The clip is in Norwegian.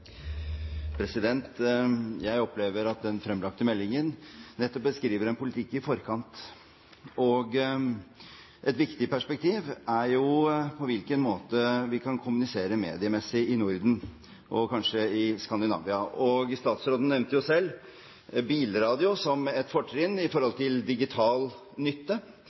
Jeg opplever at den fremlagte meldingen nettopp beskriver en politikk i forkant. Et viktig perspektiv er på hvilken måte vi kan kommunisere mediemessig i Norden, og kanskje i Skandinavia. Statsråden nevnte jo selv bilradioen som et fortrinn med tanke på digital nytte.